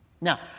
Now